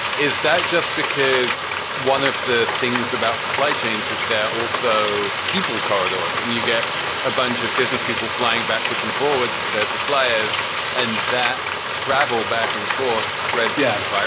is that just because one of the things about supply chains is that also people kardos and you get a bunch of business people flying backwards and forwards to their suppliers and that travel back and forth spread yes.